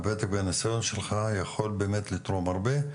הותק והניסיון שלך יכולים באמת לתרום הרבה,